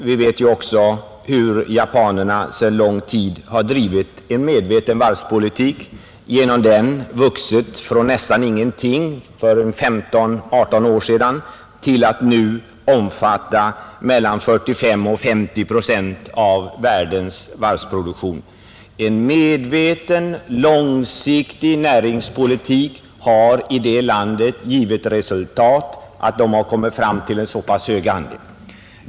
Vi vet ju också hur japanerna sedan lång tid har drivit en medveten varvspolitik och genom den vuxit från nästan ingenting för en 15—18 år sedan till att nu omfatta mellan 45 och 50 procent av världens varvsproduktion. En medveten långsiktig näringspolitik har i det landet givit till resultat att landet har kommit fram till en så pass hög andel.